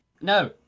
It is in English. No